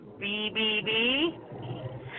BBB